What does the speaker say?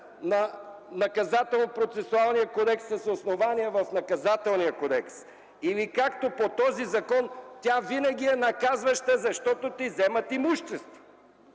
на Наказателно-процесуалния кодекс с основания в Наказателния кодекс или както по този закон тя винаги е наказваща, защото ти вземат имущество.